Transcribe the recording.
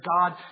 God